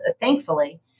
thankfully